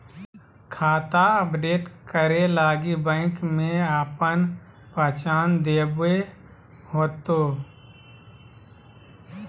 खाता अपडेट करे लगी बैंक में आपन पहचान देबे होतो